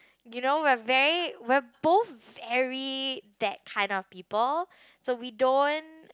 you know we're very we're both very that kind of people so we don't